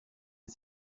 est